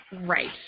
Right